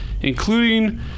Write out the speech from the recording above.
including